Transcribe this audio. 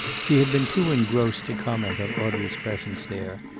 she had been too engrossed to comment on audrey's presence there,